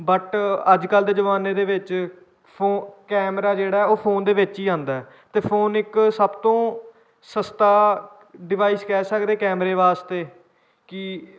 but ਅੱਜ ਕੱਲ੍ਹ ਦੇ ਜਮਾਨੇ ਦੇ ਵਿੱਚ ਫੋ ਕੈਮਰਾ ਜਿਹੜਾ ਉਹ ਫੋਨ ਦੇ ਵਿੱਚ ਹੀ ਆਉਂਦਾ ਅਤੇ ਫੋਨ ਇੱਕ ਸਭ ਤੋਂ ਸਸਤਾ ਡਿਵਾਈਸ ਕਹਿ ਸਕਦੇ ਕੈਮਰੇ ਵਾਸਤੇ ਕਿ